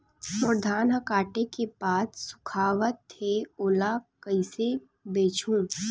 मोर धान ह काटे के बाद सुखावत हे ओला कइसे बेचहु?